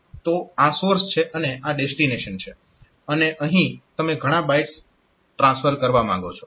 તો આ સોર્સ છે અને આ ડેસ્ટીનેશન છે અને અહીં તમે ઘણા બાઇટ્સ ટ્રાન્સફર કરવા માંગો છો